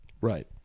Right